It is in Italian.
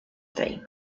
fame